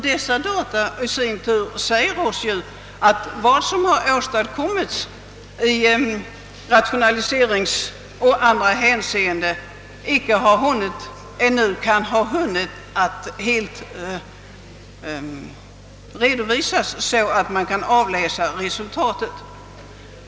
Dessa data säger oss i sin tur, att vad som har åstadkommits i rationaliseringsoch andra hänseenden icke ännu kan ha hunnit tillämpas så länge att man kan avläsa resultatet.